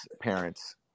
parents